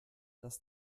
dass